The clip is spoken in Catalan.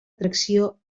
tracció